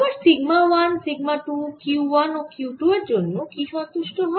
এবার sigma 1 sigma 2 Q 1 ও Q 2 এর জন্য কি সন্তুষ্ট হয়